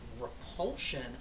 repulsion